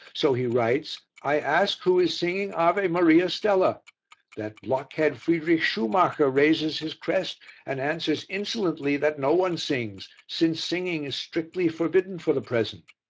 so he writes i ask who is singing ave maria stella that blockhead friedrich schumacher raises his crest and answers insolently that no one sings, since singing is strictly forbidden for the present.